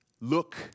Look